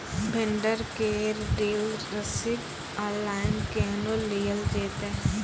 Vendor केर dealership online केहनो लियल जेतै?